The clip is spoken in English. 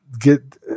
get